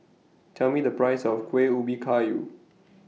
Tell Me The Price of Kueh Ubi Kayu